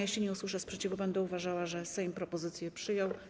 Jeśli nie usłyszę sprzeciwu, będę uważała, że Sejm propozycję przyjął.